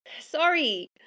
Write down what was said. Sorry